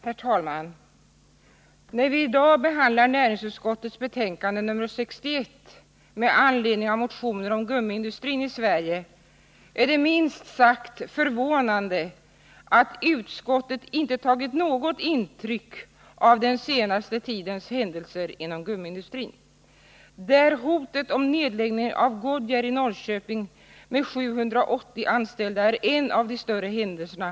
Herr talman! När vi i dag behandlar näringsutskottets betänkande nr 61 med anledning av motioner om gummiindustrin i Sverige, är det minst sagt förvånande att utskottet inte har tagit något intryck av den senaste tidens händelser inom gummiindustrin, där hotet om nedläggning av Goodyear i Norrköping med 780 anställda är en av de större händelserna.